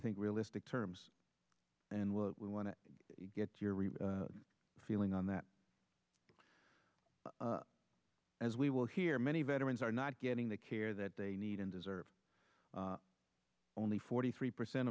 think realistic terms and we want to get your real feeling on that as we will hear many veterans are not getting the care that they need and deserve only forty three percent